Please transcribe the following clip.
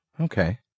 Okay